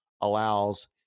allows